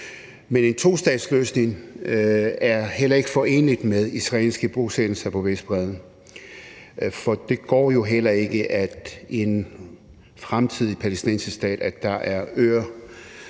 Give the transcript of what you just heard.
Men en tostatsløsning er heller ikke foreneligt med israelske bosættelser på Vestbredden, for det går jo heller ikke, at der i en fremtidig palæstinensisk stat er små øer